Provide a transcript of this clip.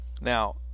Now